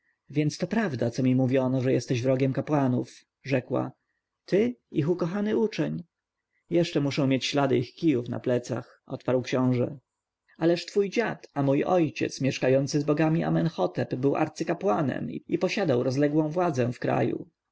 więc to prawda co mi mówiono że jesteś wrogiem kapłanów rzekła ty ich ukochany uczeń jeszcze muszę mieć ślady ich kijów na plecach odparł książę ależ twój dziad a mój ojciec mieszkający z bogami amenhotep był arcykapłanem i posiadał rozległą władzę w kraju